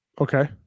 Okay